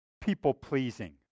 people-pleasing